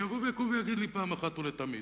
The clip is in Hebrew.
שיבוא ויקום ויגיד לי פעם אחת ולתמיד.